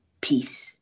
Peace